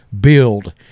build